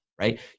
Right